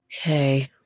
Okay